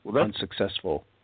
unsuccessful